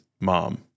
mom